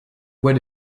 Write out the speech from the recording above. bois